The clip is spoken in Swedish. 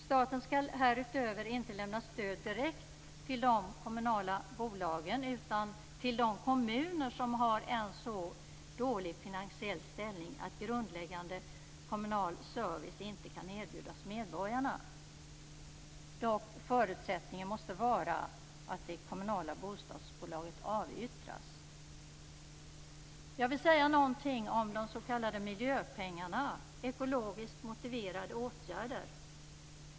Staten skall härutöver inte lämna stöd direkt till de kommunala bolagen utan till de kommuner som har en så dålig finansiell ställning att grundläggande kommunal service inte kan erbjudas medborgarna. Förutsättningen måste dock vara att det kommunala bostadsbolaget avyttras. Jag vill också säga någonting om de s.k. miljöpengarna, dvs. pengarna till ekologiskt motiverade åtgärder.